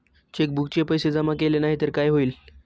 चेकबुकचे पैसे जमा केले नाही तर काय होईल?